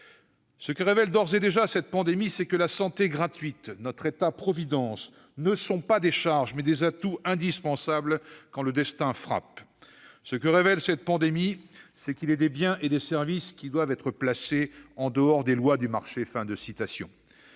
Ce que révèle d'ores et déjà cette pandémie, c'est que la santé gratuite, notre État-providence ne sont pas des charges, mais des atouts indispensables quand le destin frappe. Ce que révèle cette pandémie, c'est qu'il est des biens et des services qui doivent être placés en dehors des lois du marché.